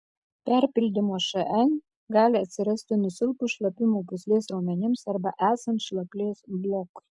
perpildymo šn gali atsirasti nusilpus šlapimo pūslės raumenims arba esant šlaplės blokui